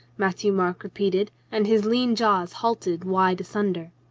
matthieu-marc repeat ed, and his lean jaws halted wide asunder.